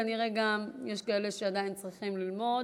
כנראה גם יש כאלה שעדיין צריכים ללמוד.